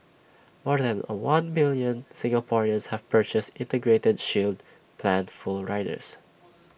more than A one million Singaporeans have purchased integrated shield plan full riders